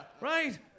Right